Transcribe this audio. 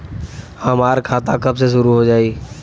हमार खाता कब से शूरू हो जाई?